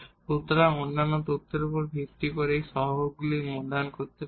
সুতরাং অন্যান্য তথ্যের উপর ভিত্তি করে আমরা এই কোইফিসিয়েন্ট গুলিকে মূল্যায়ন করতে পারি